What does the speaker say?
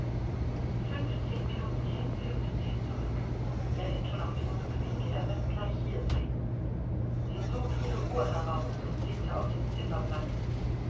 fünfzehn minuten hin fünfzehn zurück er ist schon auf dem rückwege er wird gleich hier sein sie zog ihre uhr heraus und blickte auf das zifferblatt